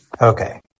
Okay